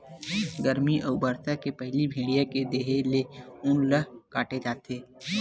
गरमी अउ बरसा के पहिली भेड़िया के देहे ले ऊन ल काटे जाथे